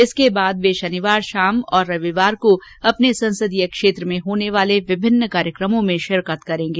इसके बाद वे शनिवार शाम और रविवार को अपने संसदीय क्षेत्र में होने वाले विभिन्न कार्यकमों में शिरकत करेंगे